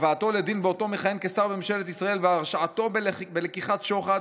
הבאתו לדין בעודו מכהן כשר בממשלת ישראל והרשעתו בלקיחת שוחד,